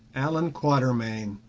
allan quatermain,